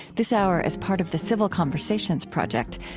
this hour, as part of the civil conversations project,